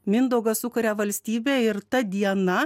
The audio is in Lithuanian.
mindaugas sukuria valstybę ir ta diena